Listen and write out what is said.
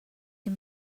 can